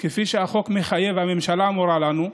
כפי שהחוק מחייב, הממשלה מורה לנו.